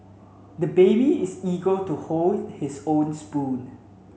the baby is eager to hold his own spoon